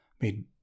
made